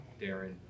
Darren